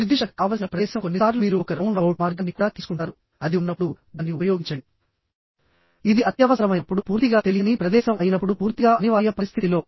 నిర్దిష్ట కావలసిన ప్రదేశం కొన్నిసార్లు మీరు ఒక రౌండ్అబౌట్ మార్గాన్ని కూడా తీసుకుంటారు అది ఉన్నప్పుడు దాన్ని ఉపయోగించండి ఇది అత్యవసరమైనప్పుడు పూర్తిగా తెలియని ప్రదేశం అయినప్పుడు పూర్తిగా అనివార్య పరిస్థితిలో